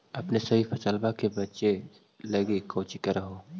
अपने सभी फसलबा के बच्बे लगी कौची कर हो?